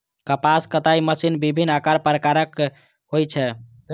कपास कताइ मशीन विभिन्न आकार प्रकारक होइ छै